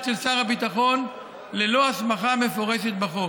של שר הביטחון ללא הסמכה מפורשת בחוק.